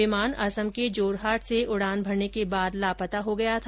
विमान असम के जोरहाट से उड़ान भरने के बाद लापता हो गया था